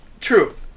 True